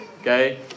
okay